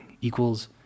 equals